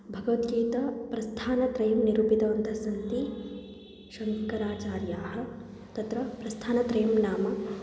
भगवद्गीता प्रस्थानत्रयं निरूपितवन्तः सन्ति शङ्कराचार्याः तत्र प्रस्थानत्रयं नाम